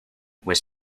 was